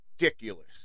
ridiculous